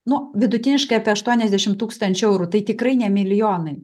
nu vidutiniškai apie aštuoniasdešim tūkstančių eurų tai tikrai ne milijonai